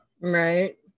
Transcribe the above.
right